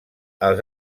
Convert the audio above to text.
els